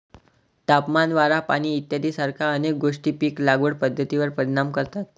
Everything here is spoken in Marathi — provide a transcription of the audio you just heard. तापमान, वारा, पाणी इत्यादीसारख्या अनेक गोष्टी पीक लागवड पद्धतीवर परिणाम करतात